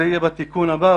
זה יהיה בתיקון הבא.